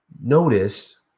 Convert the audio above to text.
Notice